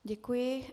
Děkuji.